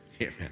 Amen